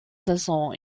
saison